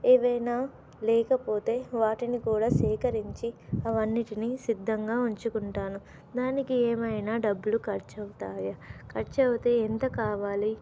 ఏమైనా లేకపోతే వాటిని కూడా సేకరించి అవన్నిటినీ సిద్ధంగా ఉంచుకుంటాను దానికి ఏమైనా డబ్బులు ఖర్చువుతాయా ఖర్చయితే ఎంత కావాలి